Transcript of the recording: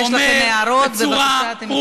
יש לכם הערות, בבקשה, אתם מוזמנים.